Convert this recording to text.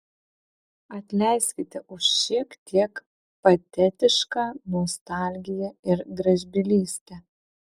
atleiskite už šiek tiek patetišką nostalgiją ir gražbylystę